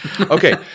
Okay